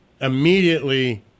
immediately